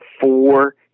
four